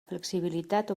flexibilitat